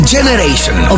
Generation